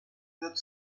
wird